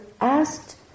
asked